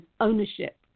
ownership